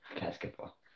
basketball